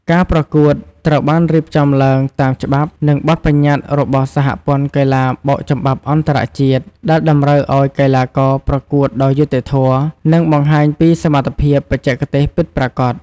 ការប្រកួតត្រូវបានរៀបចំឡើងតាមច្បាប់ និងបទប្បញ្ញត្តិរបស់សហព័ន្ធកីឡាបោកចំបាប់អន្តរជាតិ ដែលតម្រូវឱ្យកីឡាករប្រកួតដោយយុត្តិធម៌ និងបង្ហាញពីសមត្ថភាពបច្ចេកទេសពិតប្រាកដ។